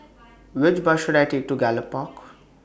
Which Bus should I Take to Gallop Park